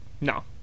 No